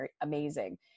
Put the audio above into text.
amazing